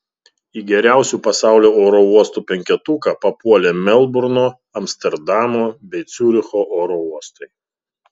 į geriausių pasaulio oro uostų penketuką papuolė melburno amsterdamo bei ciuricho oro uostai